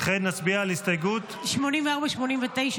וכעת נצביע על הסתייגות --- 84 ו-89,